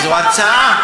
זו הרצאה.